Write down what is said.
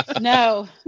No